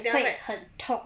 会很痛